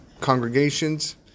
congregations